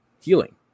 healing